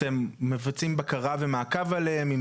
שאתם מבצעים בקרה ומעקב עליהם?